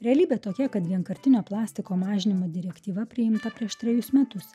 realybė tokia kad vienkartinio plastiko mažinimo direktyva priimta prieš trejus metus